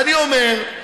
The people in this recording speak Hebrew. ואני אומר,